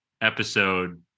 episode